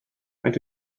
maent